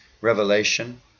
revelation